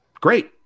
great